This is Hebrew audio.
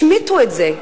השמיטו את זה.